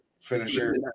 finisher